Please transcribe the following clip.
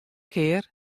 kear